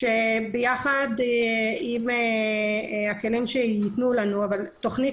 ביחד עם הכלים שיינתנו לנו אבל תוכנית